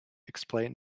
explain